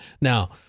Now